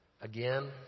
again